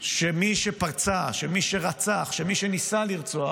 שמי שפצע, מי שרצח, מי שניסה לרצוח,